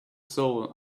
soul